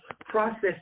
process